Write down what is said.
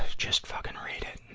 just fucking read it!